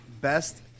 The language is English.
Best